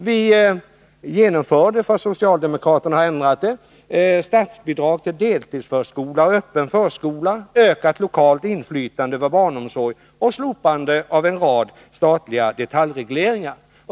Vidare genomförde vi — men socialdemokraterna ändrade på detta — statsbidrag till deltidsförskola och öppen förskola, ökat lokalt inflytande över barnomsorg, och vi slopade en rad statliga detaljregleringar.